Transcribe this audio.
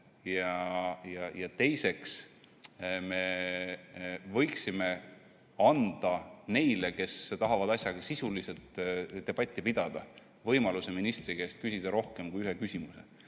Ja teiseks me võiksime anda neile, kes tahavad sisulist debatti pidada, võimaluse ministri käest küsida rohkem kui ühe küsimuse.